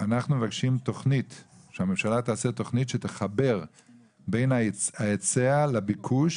אנחנו מבקשים שהממשלה תעשה תכנית שתחבר בין ההיצע לביקוש